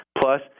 plus